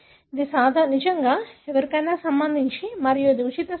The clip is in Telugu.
ఇది నిజంగా ఎవరికైనా సంబంధించినది మరియు ఇది ఉచిత సైట్